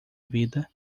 vida